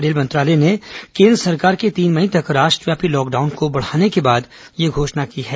rail मंत्रालय ने केन्द्र सरकार के तीन मई तक राष्ट्रव्यापी लॉकडाउन को बढ़ाने के बाद ये घोषणा की है